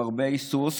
עם הרבה היסוס,